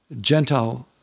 Gentile